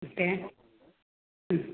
okay